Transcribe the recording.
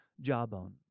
Jawbone